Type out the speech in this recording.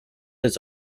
his